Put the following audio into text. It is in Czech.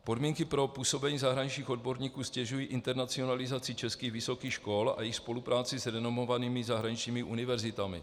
Podmínky pro působení zahraničních odborníků ztěžují internacionalizaci českých vysokých škol a jejich spolupráci s renomovanými zahraničními univerzitami.